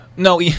No